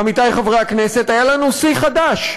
עמיתי חברי הכנסת, היה לנו שיא חדש: